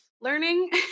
learning